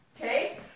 okay